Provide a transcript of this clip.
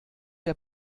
der